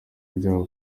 ibyaha